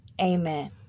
Amen